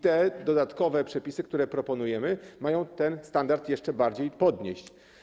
Te dodatkowe przepisy, które proponujemy, mają ten standard jeszcze bardziej podnieść.